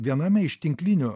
viename iš tinklinių